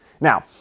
Now